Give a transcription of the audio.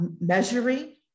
measuring